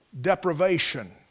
deprivation